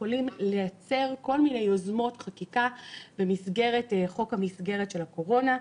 יכולים לייצר כל מיני יוזמות חקיקה במסגרת חוק המסגרת של הקורונה.